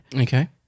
Okay